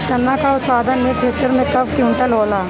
चना क उत्पादन एक हेक्टेयर में कव क्विंटल होला?